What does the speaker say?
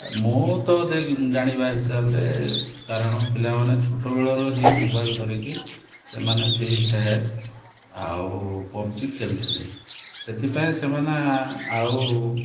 ମୁଁ ତ ଜାଣିବା ହିସାବରେ କାରଣ ପିଲାମାନେ ଛୋଟବେଳରୁ ହିଁ ମୋବାଇଲ ଧରିକି ସେମାନେ ଫ୍ରି ଫାୟାର୍ ଆଉ ପବ୍ ଜି ଖେଳୁଥିଲେ ସେଥିପାଇଁ ସେମାନେ ଆଉ